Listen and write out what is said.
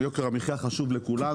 יוקר המחיה חשוב לכולנו,